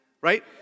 Right